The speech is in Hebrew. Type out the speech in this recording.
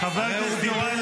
--- אומר: הוא לא שירת.